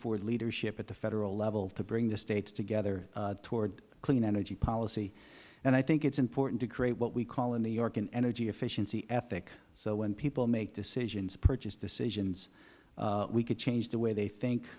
for leadership at the federal level to bring the states together toward clean energy policy and i think it is important to create what we call in new york an energy efficiency ethic so when people make decisions purchase decisions we could change the way they think